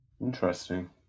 interesting